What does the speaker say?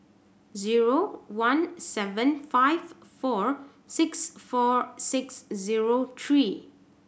zero one seven five four six four six zero three